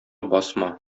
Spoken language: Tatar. басма